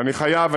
ואני חייב,